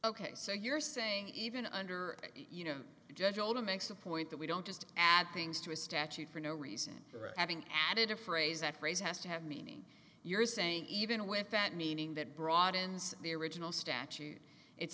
ok so you're saying even under you know judge older makes a point that we don't just add things to a statute for no reason for having added a phrase that phrase has to have meaning you're saying even with that meaning that broadens the original statute it